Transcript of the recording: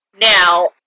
Now